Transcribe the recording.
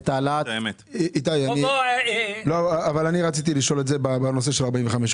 רציתי לשאול לגבי ה-45 ימים.